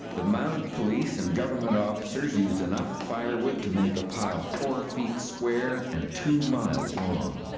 the mounted police and government officers used enough firewood to make a pile four feet square and two miles long.